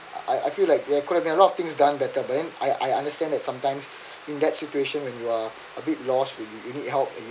I I feel like there could have been a lot of things done better but then I I understand that sometimes in that situation when you are a bit lost really you need help